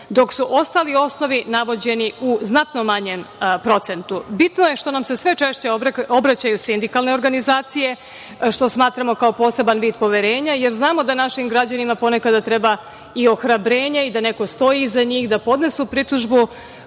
dok su ostali osnovi navođeni u znatno manjem procentu. Bitno je što nam se sve češće obraćaju sindikalne organizacija, što smatramo kao poseban vid poverenja, jer znamo da našim građanima ponekad treba i ohrabrenje i da neko stoji iza njih da podnesu pritužbu